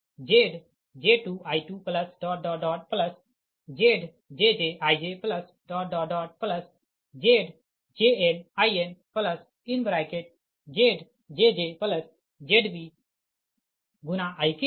तो यह चीज वास्तव मे VkZj1I1Zj2I2ZjjIjZjnInZjjZbIk है